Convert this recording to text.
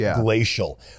glacial